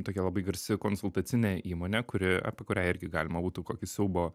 tokia labai garsi konsultacinė įmonė kuri apie kurią irgi galima būtų kokį siaubo